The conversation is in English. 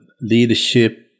leadership